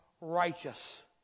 righteous